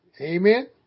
Amen